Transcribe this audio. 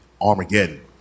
Armageddon